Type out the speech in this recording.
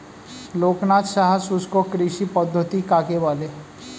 লোকনাথ সাহা শুষ্ককৃষি পদ্ধতি কাকে বলে?